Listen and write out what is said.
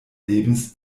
lebens